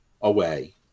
away